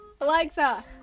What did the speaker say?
Alexa